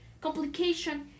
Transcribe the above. complication